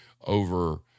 over